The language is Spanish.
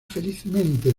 felizmente